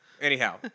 Anyhow